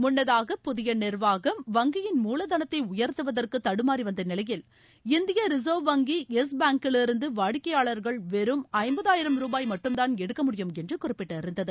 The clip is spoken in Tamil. முன்னதாக புதிய நிர்வாகம் வங்கியின் மூலதனத்தை உயர்த்துவதற்கு தடுமாறிவந்த நிலையில் இந்திய ரிசர்வ் வங்கி எஸ் பேங்க்கிலிருந்து வாடிக்கையாளர்கள் வெறும் ஐம்பதாயிரம் ரூபாய் மட்டும்தாள் எடுக்க முடியும் என்று குறிப்பிட்டிருந்தது